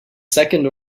second